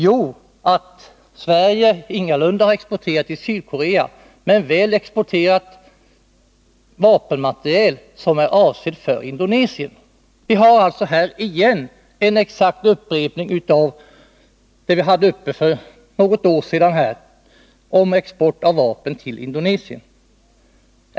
Jo, att Sverige ingalunda har exporterat krigsmateriel till Sydkorea men väl exporterat vapenmateriel avsedd för Indonesien. Vi har alltså här en exakt upprepning av diskussionen i riksdagen för något år sedan om export av vapen till Indonesien.